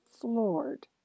floored